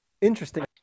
Interesting